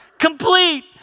complete